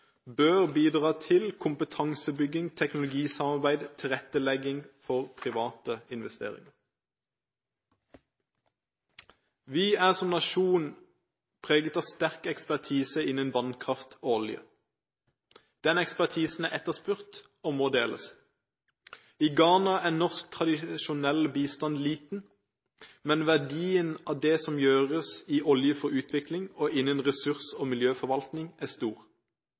bør bidra til kompetansebygging, teknologisamarbeid og tilrettelegging for private investeringer. Vi er som nasjon preget av sterk ekspertise innen vannkraft og olje. Den ekspertisen er etterspurt og må deles. I Ghana er norsk tradisjonell bistand liten, men verdien av det som gjøres i Olje for Utvikling og innen ressurs- og miljøforvaltning, er stor.